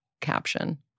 caption